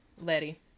Letty